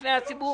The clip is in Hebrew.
בפני הציבור